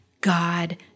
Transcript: God